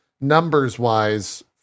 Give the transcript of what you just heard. numbers-wise